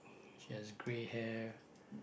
she has grey hair